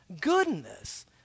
goodness